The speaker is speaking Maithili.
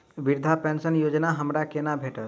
वृद्धा पेंशन योजना हमरा केना भेटत?